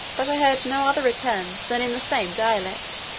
but i heard no other returns than in the same dialect,